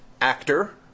Actor